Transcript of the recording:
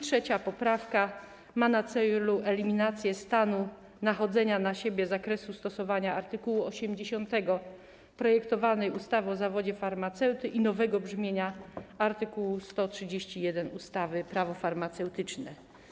Trzecia poprawka ma na celu eliminację stanu nachodzenia na siebie zakresu stosowania art. 80 projektowanej ustawy o zawodzie farmaceuty i nowego brzmienia art. 131 ustawy Prawo farmaceutyczne.